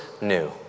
new